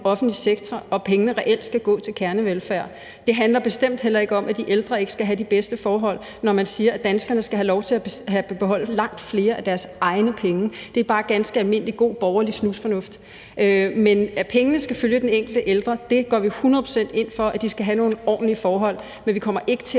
offentlig sektor, og at pengene reelt skal gå til kernevelfærd. Det handler bestemt heller ikke om, at de ældre ikke skal have de bedste forhold, når vi siger, at danskerne skal have lov til at beholde langt flere af deres egne penge. Det er bare ganske almindelig god borgerlig snusfornuft. Men at pengene skal følge den enkelte ældre går vi hundrede procent ind for, altså hvad angår at de ældre skal have nogle ordentlige forhold. Men vi kommer ikke til